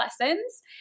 lessons